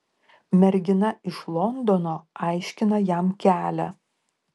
mergina iš londono aiškina jam kelią